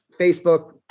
Facebook